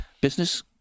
business